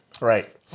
Right